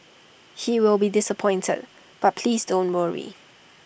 he will be disappointed but please don't worry